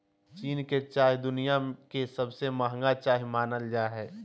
चीन के चाय दुनिया के सबसे महंगा चाय मानल जा हय